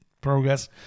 progress